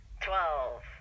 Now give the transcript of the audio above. Twelve